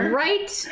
right